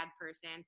person